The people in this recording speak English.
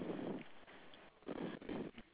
two male and one female